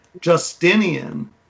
Justinian